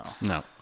No